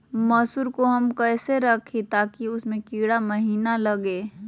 मसूर को हम कैसे रखे ताकि उसमे कीड़ा महिना लगे?